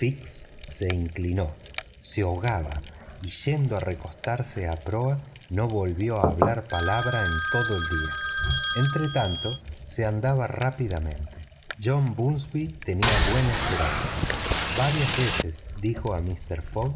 se inclinó se ahogaba y yendo a recostarse a proa no volvió a hablar palabra en todo el día entretanto se andaba rápidamente john bunsby tenía buena esperanza varias veces dijo a mister fogg